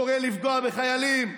קורא לפגוע בחיילים.